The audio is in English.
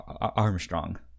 Armstrong